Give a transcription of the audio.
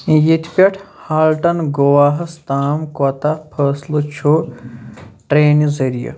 ییٚتہِ پٮ۪ٹھ ہالٹَن گوواہَس تام کوتاہ فٲصلہٕ چھُ ٹرٛینہِ ذٔریعہِ